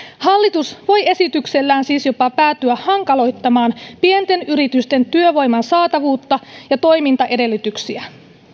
hallitus voi esityksellään siis jopa päätyä hankaloittamaan pienten yritysten työvoiman saatavuutta ja toimintaedellytyksiä